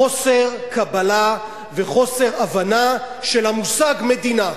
חוסר קבלה וחוסר הבנה של המושג מדינה.